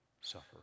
suffer